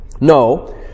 no